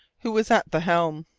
who was at the helm.